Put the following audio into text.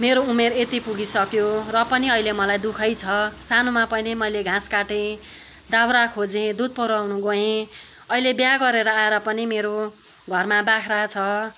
मेरो उमेर यति पुगिसक्यो र पनि मलाई अहिले दु खै छ सानोमा पनि मैले घाँस काटेँ दाउरा खोजेँ दुध पुऱ्याउनु गएँ अहिले बिहा गरेर आएर पनि मेरो घरमा बाख्रा छ